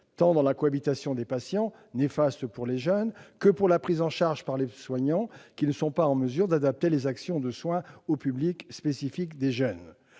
tant dans la cohabitation des patients, néfaste pour les jeunes, que pour la prise en charge par les soignants, qui ne sont pas mesure d'adapter les actions de soin au public spécifique des jeunes.